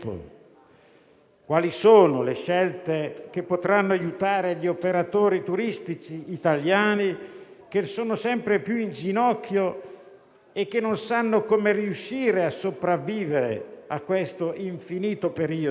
Quali sono le scelte che potranno aiutare gli operatori turistici italiani, che sono sempre più in ginocchio e non sanno come riuscire a sopravvivere a questo infinito periodo?